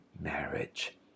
marriage